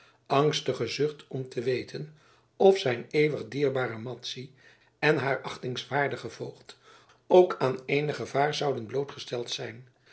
angstige zucht om te weten of zijn eeuwig dierbare madzy en haar achtingswaardige voogd ook aan eenig gevaar zouden blootgesteld zijn